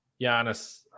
Giannis